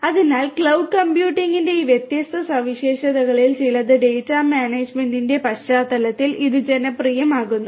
അതിനാൽ ക്ലൌഡ് കമ്പ്യൂട്ടിംഗിന്റെ ഈ വ്യത്യസ്ത സവിശേഷതകളിൽ ചിലത് ഡാറ്റാ മാനേജ്മെന്റിന്റെ പശ്ചാത്തലത്തിൽ ഇത് ജനപ്രിയമാക്കുന്നു